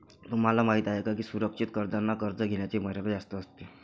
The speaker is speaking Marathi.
तुम्हाला माहिती आहे का की सुरक्षित कर्जांना कर्ज घेण्याची मर्यादा जास्त असते